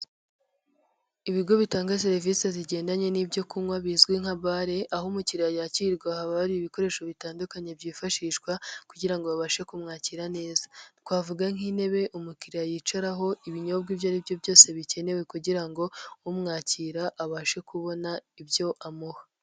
Ibigo bitanga serivise zigendanye n'ibyo kunywa bizwi nka bare, aho umukiriya yakirwa haba hari ibikoresho bitandukanye byifashishwa kugira ngo babashe kumwakira neza, twavuga nk'intebe umukiriya yicaraho, ibinyobwa ibyo aribyo byose bikenewe kugira ngo umwakira abashe kubona ibyo amuha.